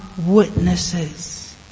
witnesses